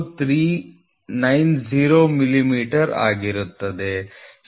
0390 millimetre ಆಗಿರುತ್ತದೆ